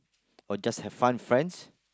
or just have fun friends